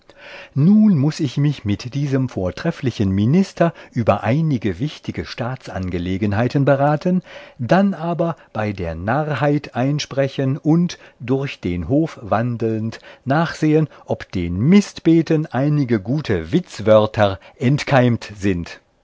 nun muß ich mich mit diesem vortrefflichen minister über einige wichtige staatsangelegenheiten beraten dann aber bei der narrheit einsprechen und durch den hof wandelnd nachsehen ob den mistbeeten einige gute witzwörter entkeimt sind